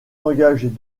engagées